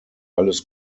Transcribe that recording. alles